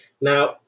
Now